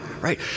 right